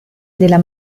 della